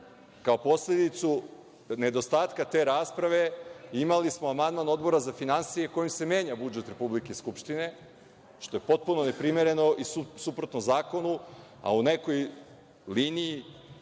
Kao posledicu nedostatka te rasprave imali smo amandman Odbora za finansije kojim se menja budžet Skupštine, što je potpuno neprimereno i suprotno zakonu, a u nekoj liniji